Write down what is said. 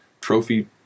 trophy